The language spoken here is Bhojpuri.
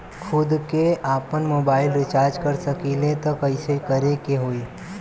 खुद से आपनमोबाइल रीचार्ज कर सकिले त कइसे करे के होई?